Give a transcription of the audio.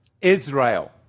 Israel